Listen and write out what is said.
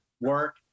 work